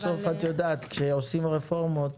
כשעושים רפורמות,